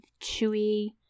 chewy